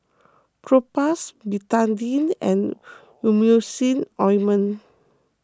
Propass Betadine and Emulsying Ointment